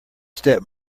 step